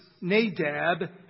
Nadab